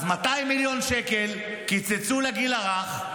אז 200 מיליון שקל קיצצו לגיל הרך,